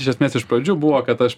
iš esmės iš pradžių buvo kad aš